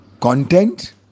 content